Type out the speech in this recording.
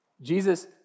Jesus